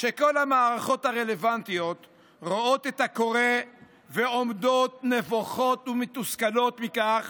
שכל המערכות הרלוונטיות רואות את הקורה ועומדות נבוכות ומתוסכלות מכך